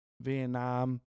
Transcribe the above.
Vietnam